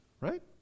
right